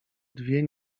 dwie